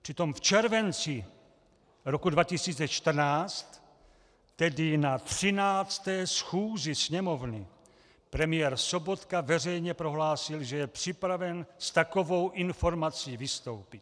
Přitom v červenci roku 2014, tedy na 13. schůzi Sněmovny, premiér Sobotka veřejně prohlásil, že je připraven s takovou informací vystoupit.